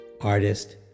artist